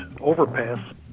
overpass